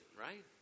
right